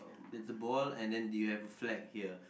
there's a ball and then do you have a flag here